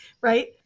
right